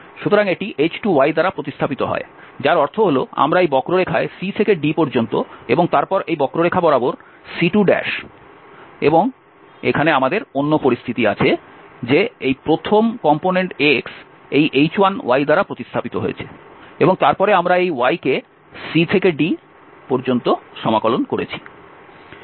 সুতরাং এটি h2দ্বারা প্রতিস্থাপিত হয় যার অর্থ হল আমরা এই বক্ররেখায় c থেকে d পর্যন্ত এবং তারপর এই বক্ররেখা বরাবর C2 এবং এখানে আমাদের অন্য পরিস্থিতি আছে যে এই প্রথম কম্পোনেন্ট x এই h1দ্বারা প্রতিস্থাপিত হয়েছে এবং তারপরে আমরা এই y কে c থেকে d পর্যন্ত সমাকলন করছি